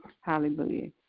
hallelujah